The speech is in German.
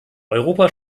europa